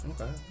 okay